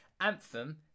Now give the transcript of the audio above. Anthem